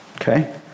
okay